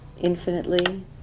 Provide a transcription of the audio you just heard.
infinitely